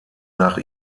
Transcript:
nach